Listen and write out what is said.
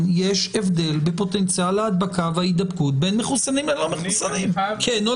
יש הבדל בפוטנציאל ההדבקה וההידבקות בין מחוסנים ללא מחוסנים?